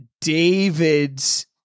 David's